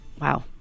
Wow